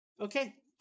Okay